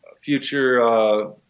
future